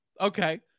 Okay